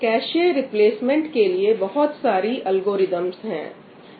cache replacement के लिए बहुत सारी एल्गोरिदमस हैं